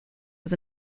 was